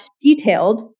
detailed